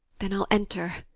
then i'll enter.